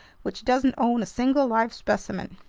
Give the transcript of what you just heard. which doesn't own a single live specimen.